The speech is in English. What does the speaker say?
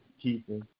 keeping